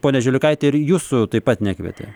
ponia žiliukaite ir jūsų taip pat nekvietė